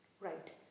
Right